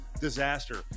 disaster